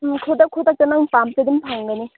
ꯎꯝ ꯈꯨꯗꯛ ꯈꯨꯗꯛꯇ ꯅꯪ ꯄꯥꯝꯕꯁꯨ ꯑꯗꯨꯝ ꯐꯪꯒꯅꯤ